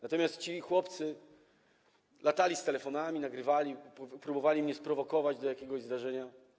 Natomiast ci chłopcy latali z telefonami, nagrywali, próbowali mnie sprowokować do jakiegoś zdarzenia.